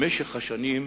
במשך השנים,